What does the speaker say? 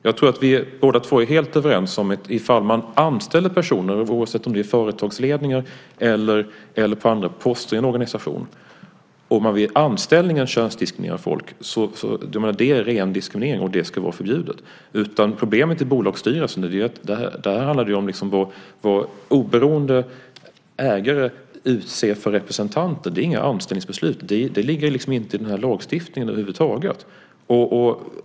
Jag tror att vi båda är helt överens om att ifall man vid anställning av personer, oavsett om det gäller företagsledningen eller andra poster i en organisation, könsdiskriminerar folk så är det ren diskriminering, och det ska vara förbjudet. Problemet med bolagsstyrelser är ju att det där handlar om vad oberoende ägare utser för representanter. Det är inga anställningsbeslut. Det ligger inte i den här lagstiftningen över huvud taget.